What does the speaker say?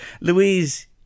Louise